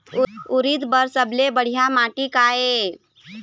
उरीद बर सबले बढ़िया माटी का ये?